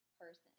person